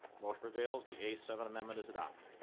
motion prevails the a seven amendment is adopted.